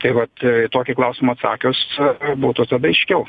tai vat tokį klausimą atsakius būtų aiškiau